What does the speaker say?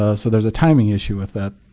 ah so there's a timing issue with that.